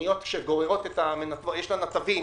נתבים.